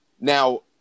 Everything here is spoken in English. Now